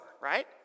right